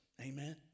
Amen